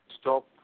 stop